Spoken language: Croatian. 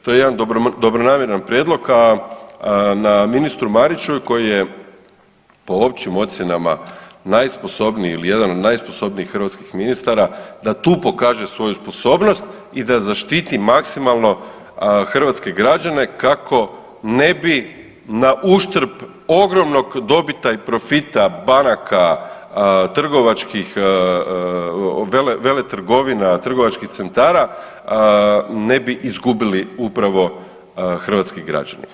To je jedan dobronamjeran prijedlog, a na ministru Mariću koji je po općim ocjenama najsposobniji ili jedan od najsposobnijih hrvatskih ministara da tu pokaže svoju sposobnost i da zaštiti maksimalno hrvatske građane kako ne bi na uštrb ogromnog dobita i profita banaka, trgovačkih, veletrgovina trgovačkih centara ne bi izgubili upravo hrvatski građani.